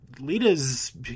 Lita's